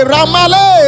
Ramale